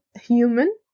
human